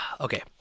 Okay